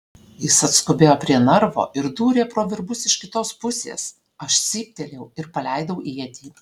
jis atskubėjo prie narvo ir dūrė pro virbus iš kitos pusės aš cyptelėjau ir paleidau ietį